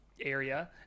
area